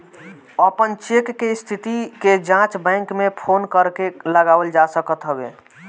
अपन चेक के स्थिति के जाँच बैंक में फोन करके लगावल जा सकत हवे